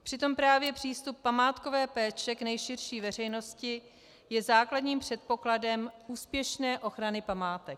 Přitom právě přístup památkové péče k nejširší veřejnosti je základním předpokladem úspěšné ochrany památek.